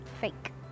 fake